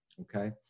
okay